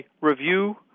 review